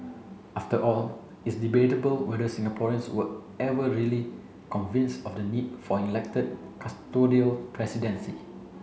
after all it's debatable whether Singaporeans were ever really convinced of the need for an elected custodial presidency